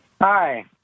Hi